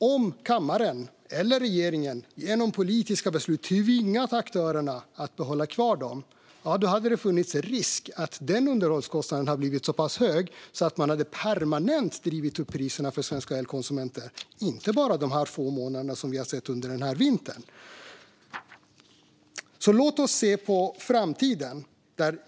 Om kammaren eller regeringen genom politiska beslut hade tvingat aktörerna att behålla dessa kraftverk hade det funnits en risk att underhållskostnaden hade blivit så pass hög att man hade drivit upp priserna för svenska elkonsumenter permanent, inte bara under de få månader som vi har sett under den här vintern. Låt oss alltså se på framtiden.